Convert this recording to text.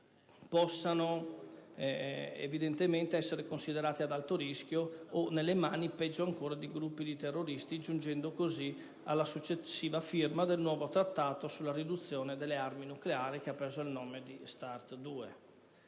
possono essere considerati ad alto rischio o, peggio ancora, nelle mani di gruppi di terroristi, giungendo così alla successiva firma del nuovo Trattato sulla riduzione delle armi nucleari, che ha preso il nome di Start 2*.*